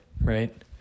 right